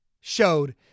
showed